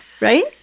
right